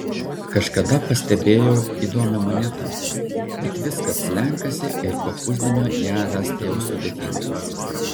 kažkada pastebėjau įdomią monetą bet viskas slenkasi ir po pusdienio ją rasti jau sudėtinga